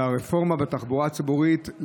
הרפורמה בתחבורה הציבורית,